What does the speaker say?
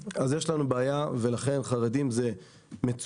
אז יש לנו בעיה, ולכן, חרדים זה מצוין.